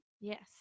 yes